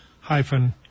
hyphen